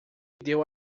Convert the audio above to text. deu